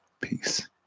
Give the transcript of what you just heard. Peace